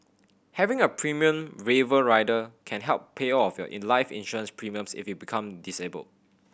having a premium waiver rider can help pay all of your life insurance premiums if you become disabled